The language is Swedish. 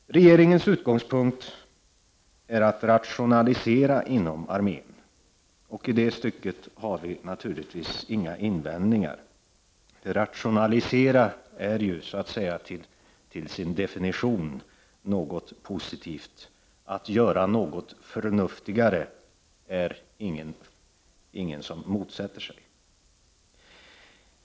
Regeringens utgångspunkt är att rationalisera inom armén, och i det stycket har vpk naturligtvis inga invändningar. Att rationalisera är till sin definition något positivt; att man gör något förnuftigare är det ingen som motsätter sig.